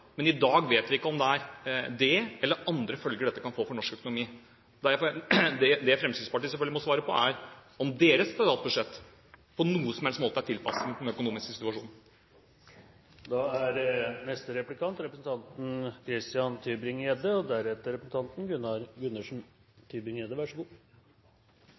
Men i dag vet vi ikke om det er dét eller andre følger dette kan få for norsk økonomi. Det Fremskrittspartiet selvfølgelig må svare på, er om deres statsbudsjett på noen som helst måte er tilpasset den økonomiske situasjonen. Representanten Micaelsen svarer ikke på spørsmålet. Statsministeren har vært ute og sagt at det blir lavere økonomisk vekst neste år, men budsjettet er